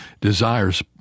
desires